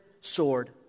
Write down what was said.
sword